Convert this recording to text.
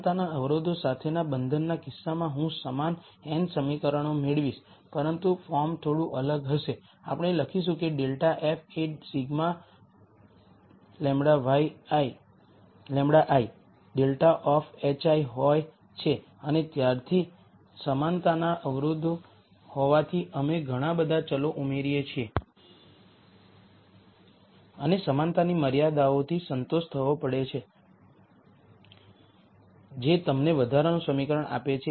સમાનતાના અવરોધો સાથેના બંધનનાં કિસ્સામાં હું સમાન n સમીકરણો મેળવીશ પરંતુ ફોર્મ થોડું અલગ હશે આપણે લખીશું કે ∇ f એ σ λi ∇ ઓફ hi હોય છે અને ત્યારથી સમાનતાના અવરોધો હોવાથી અમે ઘણા બધા ચલો ઉમેરીએ છીએ અને સમાનતાની મર્યાદાઓથી સંતોષ થવો પડે છે જે તમને વધારાનું સમીકરણ આપે છે